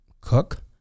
cook